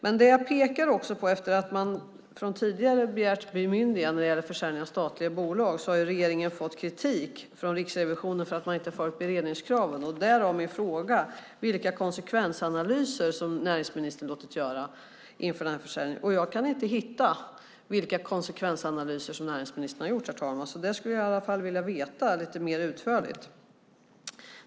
Men jag pekar också på att regeringen, efter tidigare begäran om bemyndigande när det gäller försäljning av statliga bolag, har fått kritik från Riksrevisionen för att man inte har följt beredningskraven. Därför har jag ställt min fråga: Vilka konsekvensanalyser har näringsministern låtit göra inför den här försäljningen? Jag kan inte hitta vilka konsekvensanalyser som näringsministern har gjort, herr talman. Detta skulle jag i alla fall vilja veta lite mer utförligt.